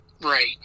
Right